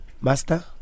Master